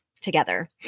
together